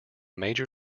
major